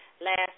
last